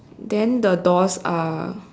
then the doors are